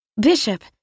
Bishop